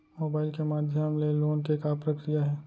Mobile के माधयम ले लोन के का प्रक्रिया हे?